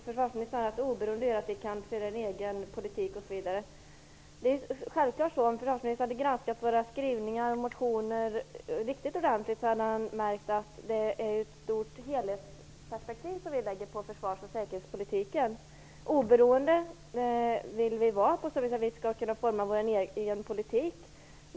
Försvarsministern sade att Sveriges oberoende medför att vi kan föra en egen politik osv. Om försvarsministern hade granskat våra skrivningar och motioner riktigt ordentligt, hade han märkt att vi har ett helhetsperspektiv på försvars och säkerhetspolitiken. Vi vill vara oberoende så till vida att vi skall kunna forma vår egen politik.